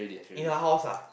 in her house ah